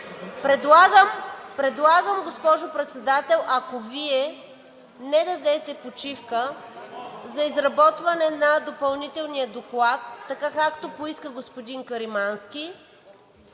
Предлагам, госпожо Председател, ако Вие не дадете почивка за изработване на допълнителния доклад, така както поиска господин Каримански,